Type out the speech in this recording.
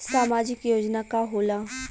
सामाजिक योजना का होला?